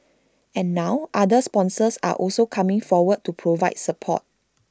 and now other sponsors are also coming forward to provide support